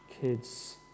kids